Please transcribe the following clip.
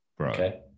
Okay